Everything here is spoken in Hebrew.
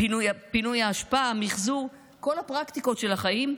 פינוי האשפה, מחזור, כל הפרקטיקות של החיים.